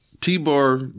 T-Bar